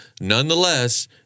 Nonetheless